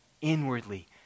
inwardly